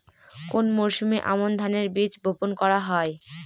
কোন মরশুমে আমন ধানের বীজ বপন করা হয়?